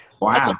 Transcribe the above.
wow